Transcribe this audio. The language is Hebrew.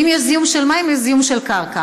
ואם יש זיהום של מים, יש זיהום של קרקע.